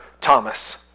Thomas